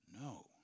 No